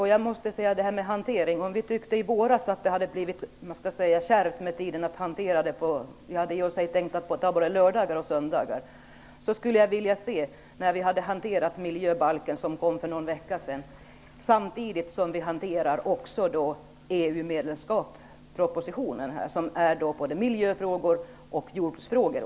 På tal om hanteringen måste jag säga att om vi i våras tyckte att det var kärvt med tiden - vi hade i och för sig tänkt att använda både lördagar och söndagar - skulle jag ha velat se när vi hanterade miljöbalken, som kom för någon vecka sedan, samtidigt som vi hanterade EU-medlemskapspropositionen, som innehåller både miljöfrågor och jordbruksfrågor.